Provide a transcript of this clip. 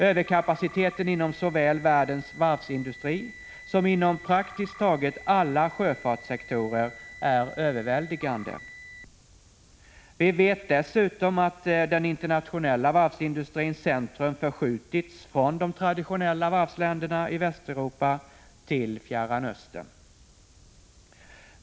Överkapaciteten inom såväl världens varvsindustri som praktiskt taget alla sjöfartssektorer är överväldigande. Vi vet dessutom att den internationella varvsindustrins centrum förskjutits från de traditionella varvsländerna i Västeuropa till Fjärran Östern.